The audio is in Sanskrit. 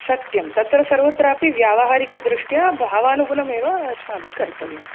सत्यं तत्र सर्वत्रापि व्यावहारिकदृष्ट्या भावानुगुणमेव अस्माभिः कर्तव्यम्